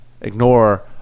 ignore